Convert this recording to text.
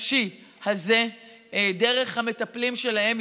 הנפשי הזה דרך המטפלים שלהם,